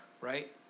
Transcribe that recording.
Right